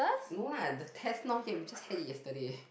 no lah the test not yet we just had it just yesterday